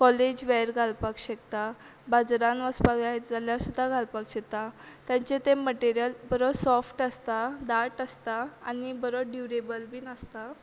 college वॅर घालपाक शकता बाजरान वोसपाक जाय जाल्यार सुद्दां घालपाक शकता तांचे ते मटिरीयल बरो सॉफ्ट आसता दाट आसता आनी बरो ड्युरेबल बीन आसता